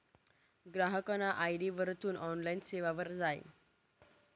ग्राहकना आय.डी वरथून ऑनलाईन सेवावर जाय